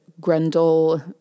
Grendel